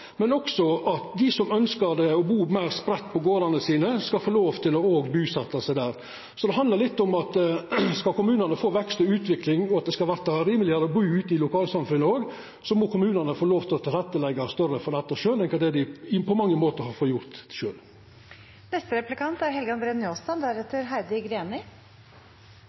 også at dei som ønskjer å bu meir spreidd på gardane sine, skal få lov til å busetja seg der. Det handlar litt om at skal kommunane få vekst og utvikling, og skal det verta rimelegare å bu ute i lokalsamfunna, må kommunane få lov til sjølve å leggja meir til rette for dette enn dei på mange måtar har fått gjera. Eg kan skriva under på at det er